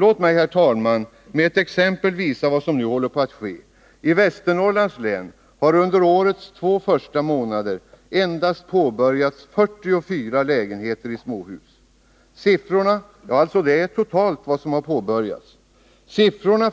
Låt mig, herr talman, med ett exempel visa vad som nu håller på att ske. I Västernorrlands län har under årets två första månader totalt endast påbörjats 44 lägenheter i småhus. Siffran